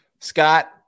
Scott